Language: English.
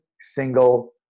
single